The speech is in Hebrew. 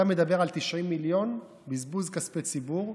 אתה מדבר על 90 מיליון בזבוז כספי ציבור,